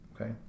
Okay